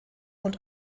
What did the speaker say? und